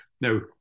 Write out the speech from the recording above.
Now